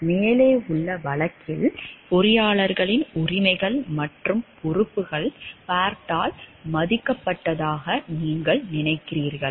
மேலே உள்ள வழக்கில் பொறியாளர்களின் உரிமைகள் மற்றும் பொறுப்புகள் பார்ட்டால் மதிக்கப்பட்டதாக நீங்கள் நினைக்கிறீர்களா